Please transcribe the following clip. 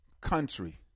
country